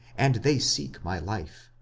and they seek my life.